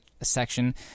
section